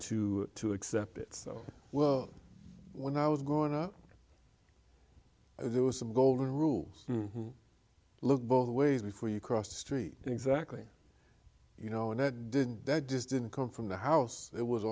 to to except it so well when i was going up there was some golden rules look both ways before you cross the street exactly you know and it didn't that just didn't come from the house it was